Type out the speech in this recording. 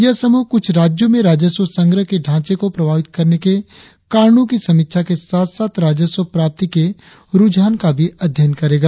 यह समूह कुछ राज्यों में राजस्व संग्रह के ढाचे को प्रभावित करने के कारणों की समीक्षा करने के साथ साथ राजस्व प्राप्ति के रुझान का भी अध्ययन करेगा